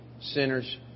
Sinners